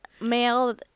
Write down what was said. male